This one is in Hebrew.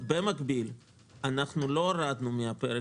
במקביל לא הורדנו מעל הפרק